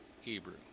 Hebrew